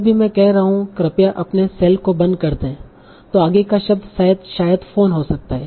जब भी मैं कह रहा हूं कृपया अपने सेल को बंद कर दें तो आगे का शब्द शायद फोन हो सकता हैं